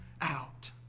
out